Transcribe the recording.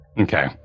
Okay